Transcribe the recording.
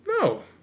No